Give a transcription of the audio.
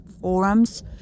forums